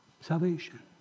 Salvation